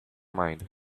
mind